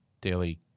Daily